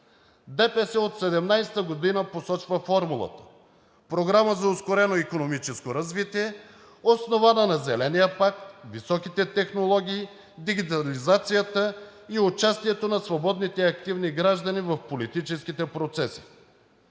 ДПС от 2017 г. посочва формулата – Програма за ускорено икономическо развитие, основана на Зеления пакт, високите технологии, дигитализацията и участието на свободните активни граждани в политическите процеси.